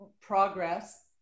progress